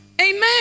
Amen